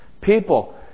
people